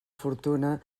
fortuna